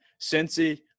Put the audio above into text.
Cincy